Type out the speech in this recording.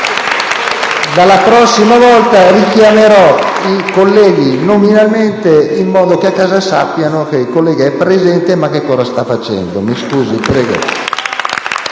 Dalla prossima volta richiamerò i colleghi nominalmente, in modo che a casa si sappia che il collega è presente, ma anche che cosa sta facendo. *(Applausi dal